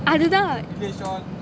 யாரு கொடுப்பா:yaru koduppa